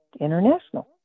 international